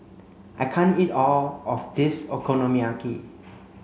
I can't eat all of this Okonomiyaki